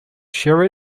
share